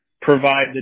provide